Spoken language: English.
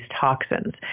toxins